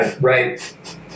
right